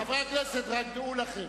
חברי הכנסת, רק דעו לכם: